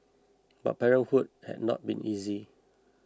but parenthood had not been easy